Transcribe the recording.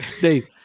Dave